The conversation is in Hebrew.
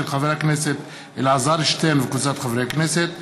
של חבר הכנסת אלעזר שטרן וקבוצת חברי הכנסת,